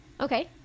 Okay